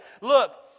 look